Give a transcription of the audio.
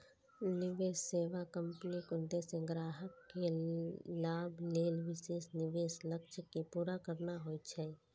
निवेश सेवा कंपनीक उद्देश्य ग्राहक के लाभ लेल विशेष निवेश लक्ष्य कें पूरा करना होइ छै